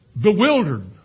bewildered